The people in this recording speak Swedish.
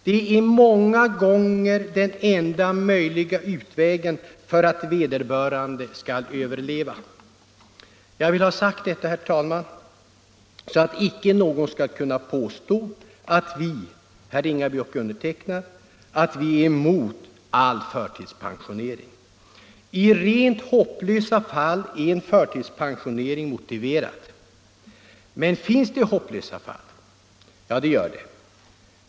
Det är många gånger den enda möjligheten för att vederbörande skall överleva. Jag vill ha sagt detta, så att icke någon skall kunna påstå att vi är emot all förtidspensionering. I rent hopplösa fall är en förtidspensionering motiverad. Men finns det hopplösa fall? Ja, det gör det.